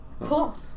Cool